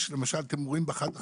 יש למשל, אתם רואים באחד המקומות,